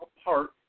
apart